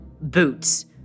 Boots